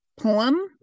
poem